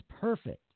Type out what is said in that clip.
perfect